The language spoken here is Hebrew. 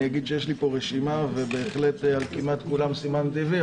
אני אגיד שיש לי פה רשימה ובהחלט כמעט על כולם סימנתי וי,